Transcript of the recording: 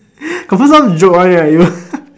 confirm some joke one right you